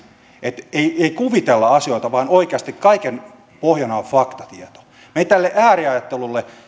että ei kuvitella asioita vaan oikeasti kaiken pohjana on faktatieto me emme ääriajattelulle